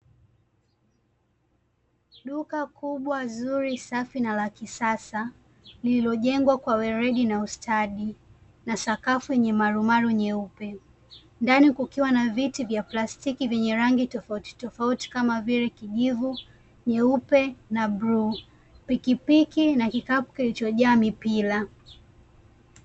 Duka kubwa zuri safi na la kisasa, lililojengwa kwa weredi na ustadi na sakafu yenye marumaru nyeupe. Ndani kukiwa na viti vya plastiki vyenye rangi tofautitofauti kama vile: kijivu, nyeupe na blue, pikipiki na kikapu kilichojaa mipira.